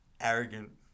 arrogant